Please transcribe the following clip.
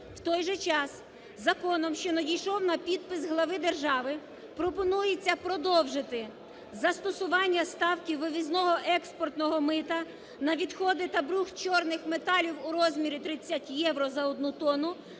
В той же час законом, що надійшов на підпис глави держави, пропонується продовжити застосування ставки вивізного експортного мита на відходи та брух чорних металів у розмірі 30 євро за одну тонну,